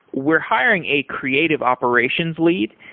we're hiring a creative operations lead.